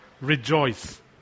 rejoice